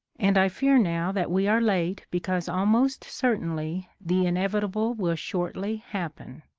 and i fear now that we are late because almost certainly the inevitable will shortly happen,